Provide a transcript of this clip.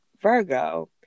Virgo